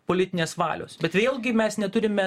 politinės valios bet vėlgi mes neturime